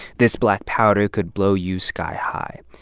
this black powder could blow you sky high.